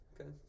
Okay